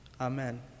Amen